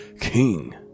king